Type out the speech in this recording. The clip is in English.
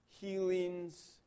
healings